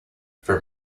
for